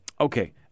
Okay